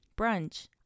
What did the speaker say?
brunch